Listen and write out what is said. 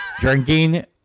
drinking